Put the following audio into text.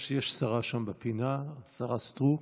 יש, יש שרה שם בפינה, השרה סטרוק.